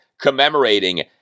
commemorating